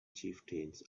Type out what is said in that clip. chieftains